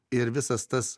ir visas tas